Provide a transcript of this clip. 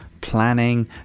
planning